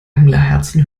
anglerherzen